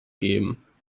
geben